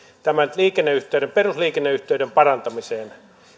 tämän perusliikenneyhteyden parantamiseen